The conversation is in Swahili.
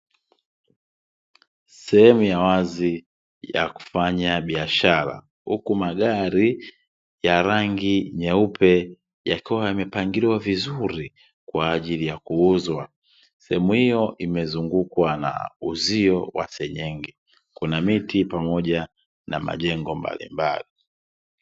Sehemu ya wazi ya kufanya biashara, huku magari ya rangi nyeupe yakiwa yamepangiliwa vizuri kwa ajili ya kuuzwa. Sehemu hiyo imezungukwa na uzio wa senyenge. Kuna miti pamoja na majengo mbalimbali.